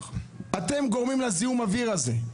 אתם גורמים לזיהום האוויר הזה.